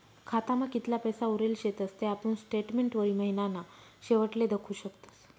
खातामा कितला पैसा उरेल शेतस ते आपुन स्टेटमेंटवरी महिनाना शेवटले दखु शकतस